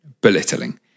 belittling